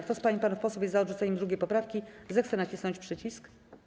Kto z pań i panów posłów jest za odrzuceniem 2. poprawki, zechce nacisnąć przycisk.